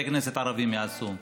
ערבים יעשו.